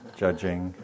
judging